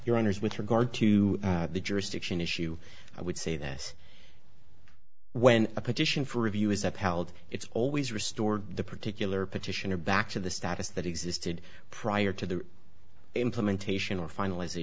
your honors with regard to the jurisdiction issue i would say this when a petition for review is upheld it's always restored the particular petitioner back to the status that existed prior to the implementation or final